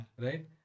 Right